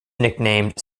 nicknamed